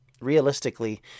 Realistically